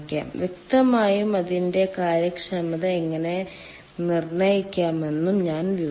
വ്യക്തമായും അതിന്റെ കാര്യക്ഷമത എങ്ങനെ നിർണ്ണയിക്കാമെന്ന് ഞാൻ വിവരിച്ചു